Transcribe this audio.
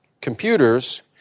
computers